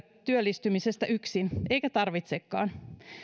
työllistymisestä yksin eikä tarvitsekaan